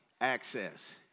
Access